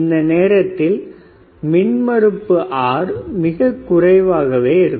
இந்த நேரத்தில் மின்மறுப்பு R மிகக் குறைவாக இருக்கும்